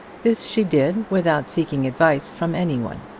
this she did without seeking advice from any one.